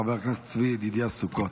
חבר הכנסת צבי ידידיה סוכות.